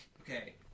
okay